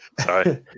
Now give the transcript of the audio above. Sorry